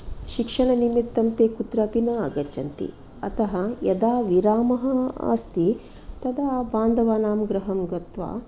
शिक्षणनिमित्तं ते कुत्रापि न आगच्छन्ति अतः यदा विरामः अस्ति तदा बान्धवानां गृहं गत्वा